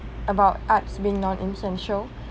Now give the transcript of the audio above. about arts being non essential